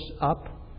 up